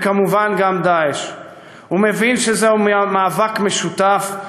וכמובן גם "דאעש"; הוא מבין שזהו מאבק משותף,